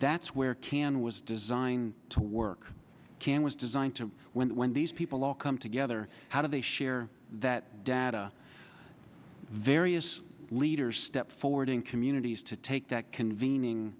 that's where can was designed to work can was designed to when these people all come together how do they share that data various leaders step forward in communities to take that convening